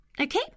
Okay